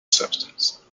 substance